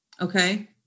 Okay